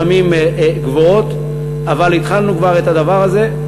לפעמים גבוהות, אבל כבר התחלנו את הדבר הזה,